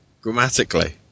grammatically